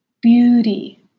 beauty